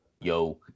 Yo